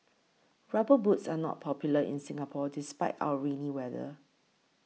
rubber boots are not popular in Singapore despite our rainy weather